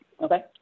Okay